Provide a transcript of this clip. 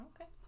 Okay